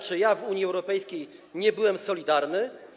Czy ja w Unii Europejskiej nie byłem solidarny?